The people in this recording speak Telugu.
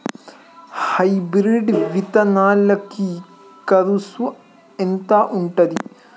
హైబ్రిడ్ విత్తనాలకి కరుసు ఎంత ఉంటది?